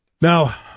Now